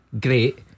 Great